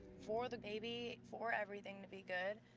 for the baby, for everything to be good,